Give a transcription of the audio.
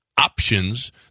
options